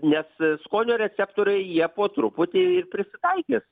nes skonio receptoriai jie po truputį ir prisitaikys